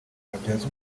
babyaza